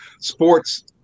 Sports